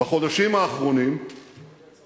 בחודשים האחרונים, בצרפת.